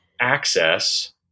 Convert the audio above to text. access